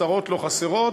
צרות לא חסרות,